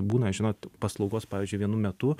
būna žinot paslaugos pavyzdžiui vienu metu